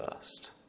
first